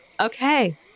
Okay